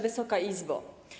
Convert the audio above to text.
Wysoka Izbo!